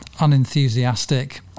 unenthusiastic